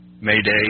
Mayday